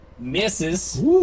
Misses